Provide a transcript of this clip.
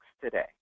today